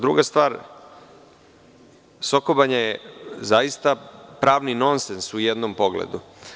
Druga stvar, Soko Banja je zaista pravni nonsens u jednom pogledu.